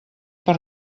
per